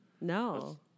No